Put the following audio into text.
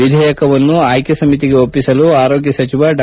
ವಿಧೇಯಕವನ್ನು ಆಯ್ಲೆ ಸಮಿತಿಗೆ ಒಪ್ಪಿಸಲು ಆರೋಗ್ಲ ಸಚಿವ ಡಾ